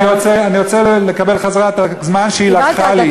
אני רוצה לקבל חזרה את הזמן שהיא לקחה לי.